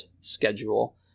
schedule